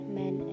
men